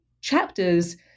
chapters